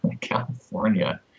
California